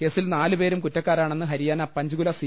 കേസിൽ നാലുപേരും കുറ്റക്കാരാണെ ന്ന് ഹരിയാന പഞ്ച്കുല സി